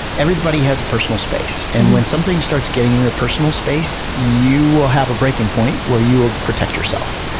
everybody has personal space and when something starts getting in your personal space, you will have a breaking point where you will protect yourself.